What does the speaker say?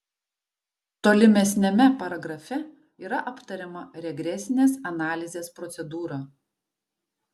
tolimesniame paragrafe yra aptariama regresinės analizės procedūra